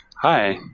Hi